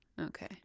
Okay